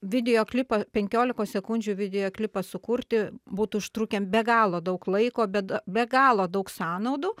video klipą penkiolikos sekundžių video klipą sukurti būtų užtrukę be galo daug laiko be be galo daug sąnaudų